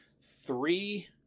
three